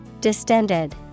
distended